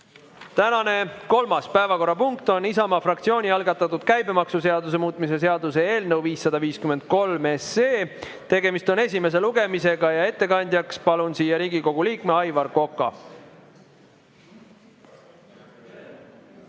Tänane kolmas päevakorrapunkt on Isamaa fraktsiooni algatatud käibemaksuseaduse muutmise seaduse eelnõu 553, tegemist on esimese lugemisega. Ettekandjaks palun siia Riigikogu liikme Aivar Koka.